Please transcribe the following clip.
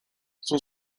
son